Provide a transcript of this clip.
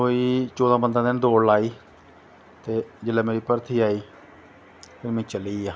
कोई चैदहां पंदरां दिन दौड़ लाई ते जिसलै मेरी भर्थी आई ते फिर में चलीया